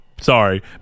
sorry